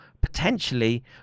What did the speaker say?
potentially